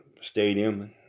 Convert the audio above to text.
stadium